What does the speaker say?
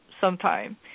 sometime